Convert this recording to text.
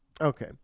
Okay